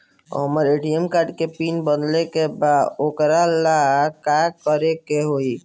हमरा ATM card के pin बदले के बा वोकरा ला का करे के होई?